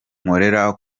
nkorera